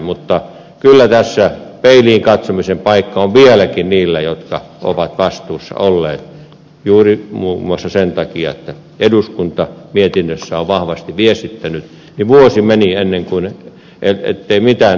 mutta kyllä tässä peiliin katsomisen paikka on vieläkin niillä jotka ovat vastuussa olleet juuri muun muassa sen takia että eduskunta mietinnössään on vahvasti viestittänyt ja vuosi meni ettei mitään tapahtunut